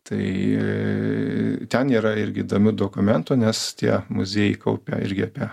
tai ten yra irgi įdomių dokumentų nes tie muziejai kaupia irgi apie